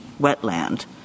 wetland